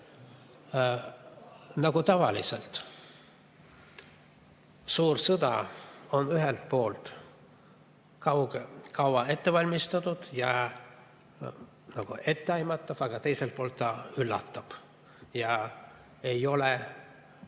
Nagu tavaliselt, suur sõda on ühelt poolt kaua ette valmistatud ja etteaimatav, aga teiselt poolt ta üllatab. Ja ei ole